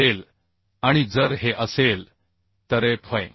असेल आणि जर हे असेल तरFm